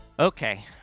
Okay